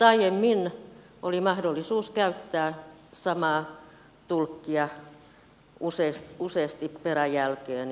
aiemmin oli mahdollisuus käyttää samaa tulkkia useasti peräjälkeen